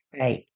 Right